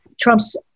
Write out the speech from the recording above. Trump's